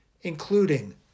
including